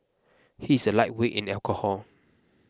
he is a lightweight in the alcohol